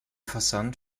versand